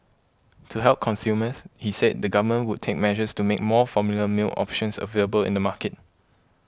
to help consumers he said the government would take measures to make more formula milk options available in the market